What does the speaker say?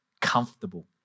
comfortable